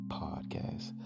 podcast